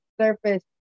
surface